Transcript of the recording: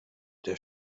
der